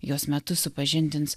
jos metu supažindins